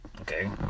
okay